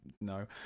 No